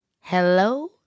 Hello